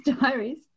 diaries